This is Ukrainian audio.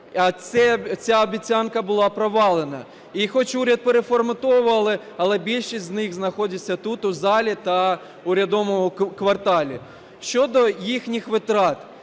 Ця обіцянка була провалена. І хоч уряд переформатовували, але більшість з них знаходиться тут у залі та в урядовому кварталі. Щодо їхніх витрат.